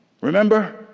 Remember